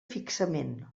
fixament